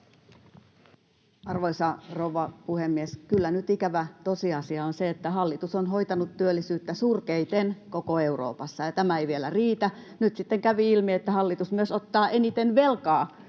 Arvoisa rouva puhemies! Kyllä nyt ikävä tosiasia on se, että hallitus on hoitanut työllisyyttä surkeiten koko Euroopassa, ja tämä ei vielä riitä: nyt sitten kävi ilmi, että hallitus myös ottaa eniten velkaa,